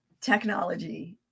technology